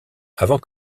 avant